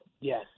Yes